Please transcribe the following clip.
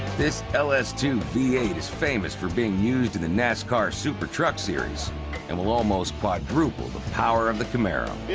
this l s two v eight is famous for being used in the nascar supertruck series and will almost quadruple the power of the camaro. yeah